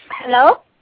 Hello